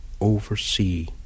oversee